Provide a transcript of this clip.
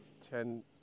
Ten